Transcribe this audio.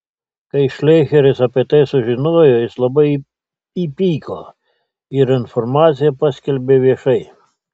kai šleicheris apie tai sužinojo jis labai įpyko ir informaciją paskelbė viešai